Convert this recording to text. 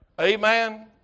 Amen